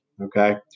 Okay